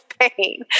pain